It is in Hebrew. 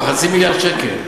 זה כבר חצי מיליון שקל.